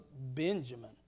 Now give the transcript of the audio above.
Benjamin